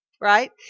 right